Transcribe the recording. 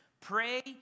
pray